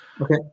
Okay